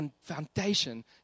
foundation